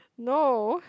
no